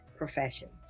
Professions